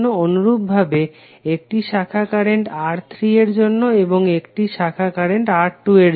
অনুরূপভাবে একটি শাখা কারেন্ট R3 এর জন্য এবং একটি শাখা কারেন্ট R2 এর জন্য